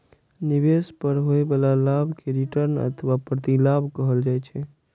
निवेश पर होइ बला लाभ कें रिटर्न अथवा प्रतिलाभ कहल जाइ छै